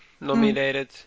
nominated